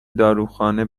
داروخانه